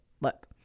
Look